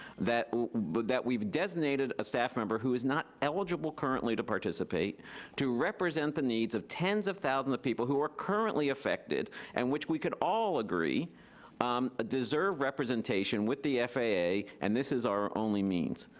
that but that we've designated a staff member who is not eligible currently to participate to represent the needs of tens of thousands of people who are currently affected and which we could all agree um ah deserve representation with the faa, and this is our only means.